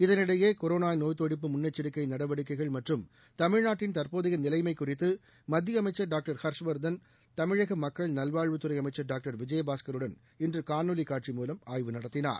இதனிடையே கொரோனா நோய்த்தடுப்பு முன்னெச்சிக்கை நடவடிக்கைகள் மற்றும் தமிழ்நாட்டின் தற்போதைய நிலைமை குறித்து மத்திய அமைச்சர் டாக்டர் ஹர்ஷவர்தன் தமிழக மக்கள் நல்வாழ்வுத்துறை அமைச்சர் டாக்டர் விஜயபாஸ்கருடன் இன்று காணொலி காட்சி மூலம் ஆய்வு நடத்தினார்